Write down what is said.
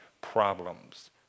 problems